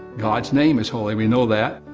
god's name is holy, we know that.